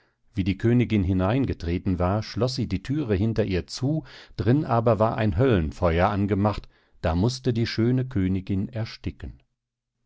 wie die königin hineingetreten war schloß sie die thüre hinter ihn zu drin aber war ein höllenfeuer angemacht da mußte die schöne königin ersticken